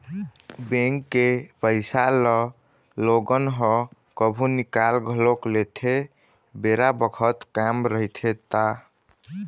bank के पइसा ल लोगन ह कभु निकाल घलोक लेथे बेरा बखत काम रहिथे ता